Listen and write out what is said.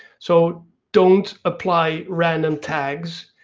so don't apply random tags